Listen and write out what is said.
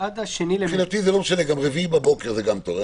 מבחינתי גם רביעי זה טוב.